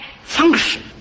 function